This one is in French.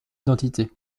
identité